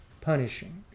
punishing